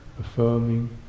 affirming